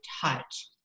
touch